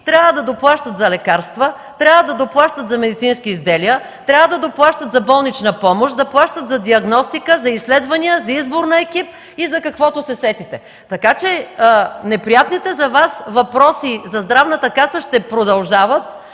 трябва да доплащат за лекарства, за медицински изделия, да доплащат за болнична помощ, да плащат за диагностика, за изследвания, за избор на екип и за каквото се сетите? Така че неприятните за Вас въпроси за Здравната каса ще продължават